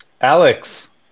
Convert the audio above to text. alex